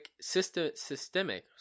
systemic